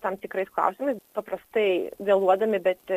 tam tikrais klausimais paprastai vėluodami bet